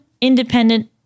independent